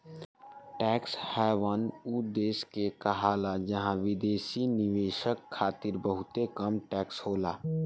tax haven उ देश के कहाला जहां विदेशी निवेशक खातिर बहुते कम टैक्स होला